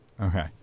okay